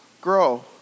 grow